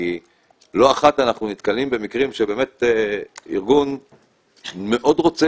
כי לא אחת אנחנו נתקלים במקרים שבאמת ארגון מאוד רוצה